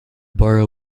borough